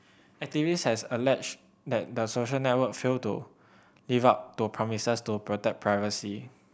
activists has alleged that the social network failed to live up to promises to protect privacy